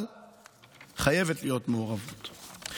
אבל חייבת להיות מעורבות.